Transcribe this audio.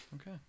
okay